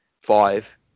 five